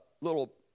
little